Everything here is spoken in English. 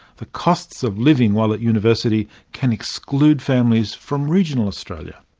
the costs of living while at university can exclude families from regional australia.